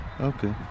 Okay